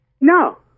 No